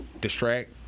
distract